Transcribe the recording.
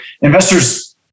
investors